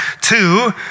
Two